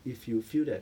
if you feel that